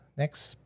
Next